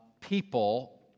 people